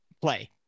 play